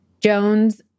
Jones